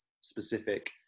specific